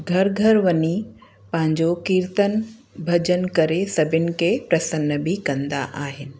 घर घर वञी पंहिंजो कीर्तन भॼन करे सभिनी खे प्रसन्न बि कंदा आहिनि